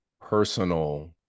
personal